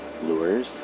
lures